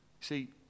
See